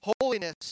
holiness